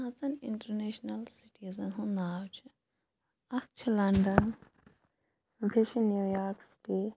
پانٛژَن international citizen ہُِنٛد ناو چھُ اَکھ چھُ لَنٛڈَن بیٚیہِ چھُ نِیویارٕک سِٹی